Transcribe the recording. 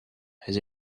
has